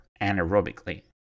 anaerobically